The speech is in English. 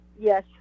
Yes